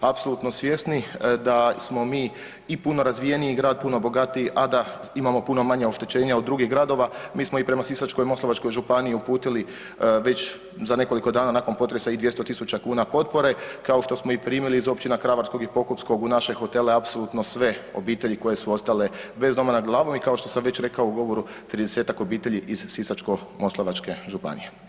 Apsolutno svjesni da smo mi i puno razvijeniji grad, puno bogatiji, a da imamo puno manje oštećenja od drugih gradova, mi smo i prema Sisačko-moslavačkoj županiji uputili već za nekoliko dana nakon potresa i 200 tisuća kuna potpore, kao što smo i primili iz općina Kravarskog i Pokupskog u naše hotele apsolutno sve obitelji koje su ostale bez krova nad glavom i kao što sam već rekao u govoru, 30-tak obitelji iz Sisačko-moslavačke županije.